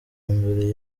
mbere